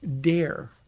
dare